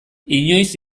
inoiz